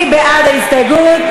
מי בעד ההסתייגות?